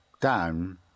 down